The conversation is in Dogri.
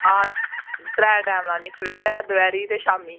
आं त्रै टैम लानी सबेरै दपैह्रीं ते शामीं